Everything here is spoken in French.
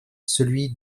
celui